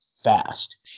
fast